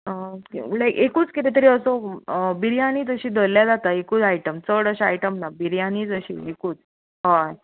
म्हणल्यार एकूच कितें तरी असो बिर्यानी तशीं दवरलीं जाल्यार जाता एकूत आयटर्म सगळें अशें आयटर्म न्हू बिर्यानी असीं एकूत हय